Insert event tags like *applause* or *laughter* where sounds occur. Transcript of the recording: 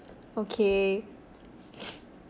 okay *breath*